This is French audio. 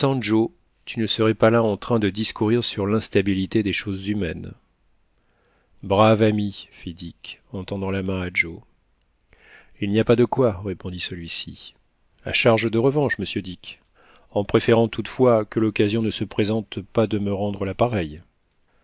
tu ne serais pas là en train de discourir sur l'instabilité des choses humaines brave ami fit dick en tendant la main à joe il n'y a pas de quoi répondit celui-ci a charge de revanche monsieur dick en préférant toutefois que l'occasion ne se présente pas de me rendre